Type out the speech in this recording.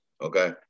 okay